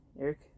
Eric